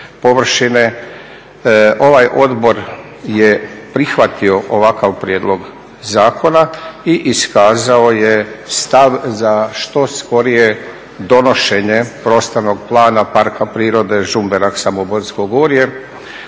Ovaj odbor je prihvatio ovakav prijedlog zakona i iskazao je stav za što skorije donošenje prostornog plana Parka prirode Žumberak, Samoborsko gorje